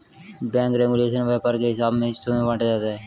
bank regulation व्यापार के हिसाब से हिस्सों में बांटा जाता है